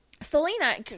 Selena